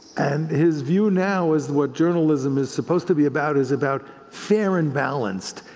and his view now is what journalism is supposed to be about is about fair and balanced,